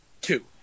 Two